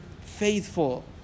faithful